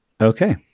Okay